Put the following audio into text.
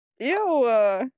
Ew